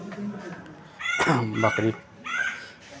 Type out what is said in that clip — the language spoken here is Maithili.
बकरी